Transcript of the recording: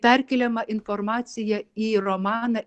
perkeliama informacija į romaną